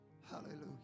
Hallelujah